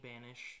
banish